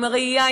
עם הראייה,